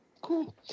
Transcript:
Cool